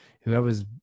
whoever's